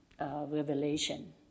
Revelation